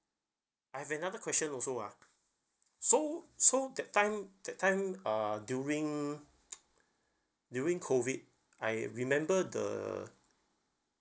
I have another question also ah so so that time that time uh during during COVID I remember the